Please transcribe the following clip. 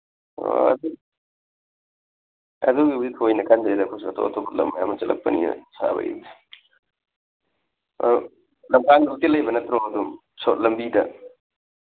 ꯍꯣꯏ ꯑꯗꯨ ꯑꯗꯨꯒꯤꯕꯨꯗꯤ ꯊꯣꯏꯅ ꯈꯟꯗ꯭ꯔꯦꯗ ꯑꯩꯈꯣꯏꯁꯨ ꯑꯇꯣꯞ ꯑꯇꯣꯞꯄ ꯂꯝ ꯃꯌꯥꯝ ꯑꯃ ꯆꯠꯂꯛꯄꯅꯤꯅ ꯁꯥꯕꯩꯗꯤ ꯂꯝꯄꯥꯛꯇ ꯍꯣꯇꯦꯜ ꯂꯩꯕ ꯅꯠꯇ꯭ꯔꯣ ꯑꯗꯨꯝ ꯂꯝꯕꯤꯗ